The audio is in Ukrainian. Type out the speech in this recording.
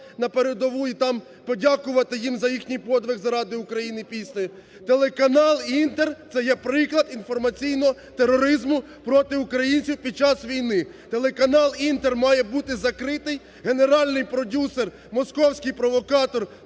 на передову і там подякувати їм за їхній подвиг заради України піснею. Телеканал "Інтер" це є приклад інформаційного тероризму проти українців під час війни. Телеканал "Інтер" має бути закритий. Генеральний продюсер, московський провокатор,